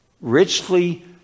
richly